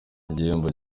igihembo